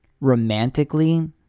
romantically